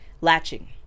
Latching